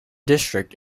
district